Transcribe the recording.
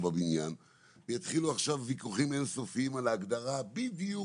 יתחילו עכשיו ויכוחים אין-סופיים איך בדיוק